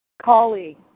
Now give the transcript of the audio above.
Colleague